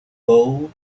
gold